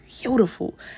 Beautiful